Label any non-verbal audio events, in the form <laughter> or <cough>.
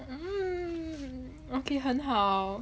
<noise> okay 很好